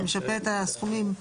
שמשפה את הסכומים,